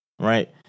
right